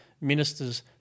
ministers